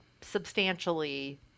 substantially